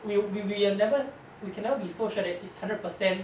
we we will never we cannot be so sure that it's hundred percent